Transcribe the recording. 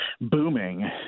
booming